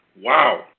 Wow